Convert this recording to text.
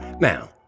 now